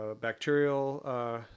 bacterial